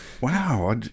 Wow